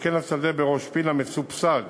שכן השדה בראש-פינה מסובסד